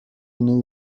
new